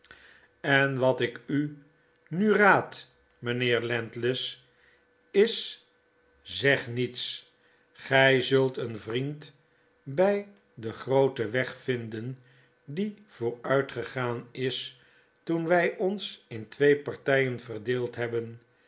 eh wat ik u nu raad mynheer landless is zeg niets gy zult een vriend bij den grooten weg vinden die vooruitgegaan is toen wij ons in twee partyen verdeeld hebben